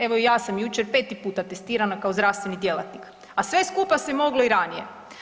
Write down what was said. Evo i ja sam jučer 5. puta testirana kao zdravstveni djelatnik, a sve skupa se moglo i ranije.